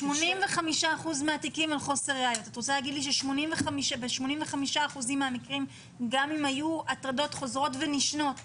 את רוצה להגיד לי שב-85% מהמקרים גם אם היו הטרדות חוזרות ונשנות,